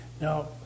Now